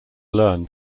learn